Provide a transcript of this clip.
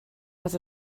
has